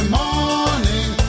morning